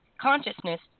consciousness